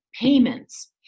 Payments